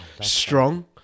Strong